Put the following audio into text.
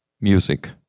Music